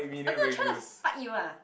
I'm not trying to fight you lah